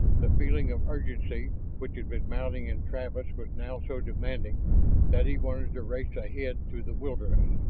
the feeling of urgency which had been mounting in travis was now so demanding that he wanted to race ahead through the wilderness.